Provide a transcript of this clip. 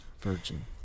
Virgin